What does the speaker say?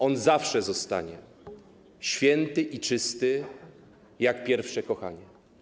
On zawsze zostanie/ Święty i czysty jak pierwsze kochanie˝